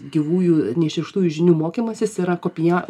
gyvųjų ne iš šeštųjų žinių mokymasis yra kopija